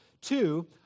Two